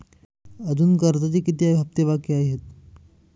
अजुन कर्जाचे किती हप्ते बाकी आहेत?